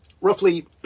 roughly